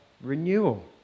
renewal